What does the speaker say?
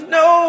no